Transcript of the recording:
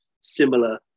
similar